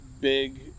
big